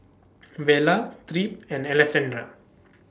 Vela Tripp and Alessandra